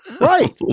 Right